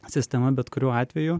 sistema bet kuriuo atveju